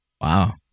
Wow